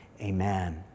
amen